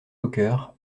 walker